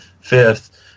fifth